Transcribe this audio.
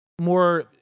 more